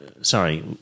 sorry